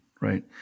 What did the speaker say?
right